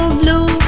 blue